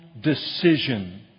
decision